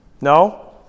No